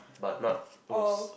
but not most